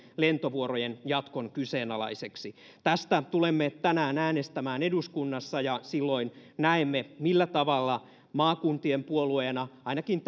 lentovuorojen jatkon kyseenalaiseksi tästä tulemme tänään äänestämään eduskunnassa ja silloin näemme millä tavalla maakuntien puolueena ainakin